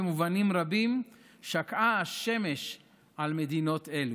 במובנים רבים שקעה השמש על מדינות אלו,